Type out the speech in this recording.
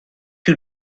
you